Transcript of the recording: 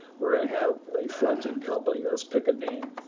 we're going to have a fronting company. let's pick a name,